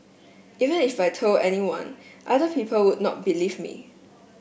even if I told anyone other people would not believe me